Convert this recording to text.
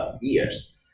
years